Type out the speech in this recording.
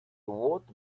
bored